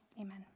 Amen